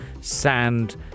sand